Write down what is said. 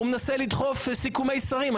הוא מנסה לדחוף סיכומי שרים.